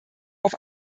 auf